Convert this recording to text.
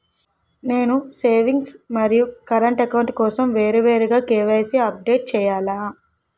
నేను సేవింగ్స్ మరియు current account కోసం వేరువేరుగా కే.వై.సీ అప్డేట్ చేయాలా?